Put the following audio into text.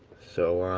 so